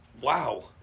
Wow